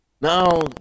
Now